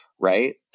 right